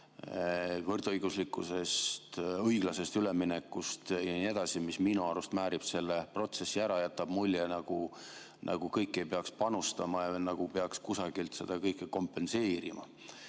võrdõiguslikkusest, õiglasest üleminekust ja nii edasi, mis minu arvates määrib selle protsessi ära, jätab mulje, nagu kõik ei peakski panustama ja nagu peaks millegi arvel seda kõike kompenseerima.